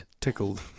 tickled